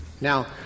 Now